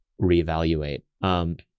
reevaluate